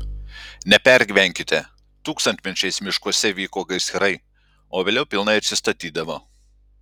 nepergyvenkite tūkstantmečiais miškuose vyko gaisrai o vėliau pilnai atsistatydavo